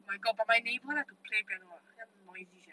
my god but my neighbour like to play piano ah damn noisy sia